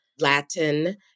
Latin